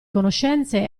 conoscenze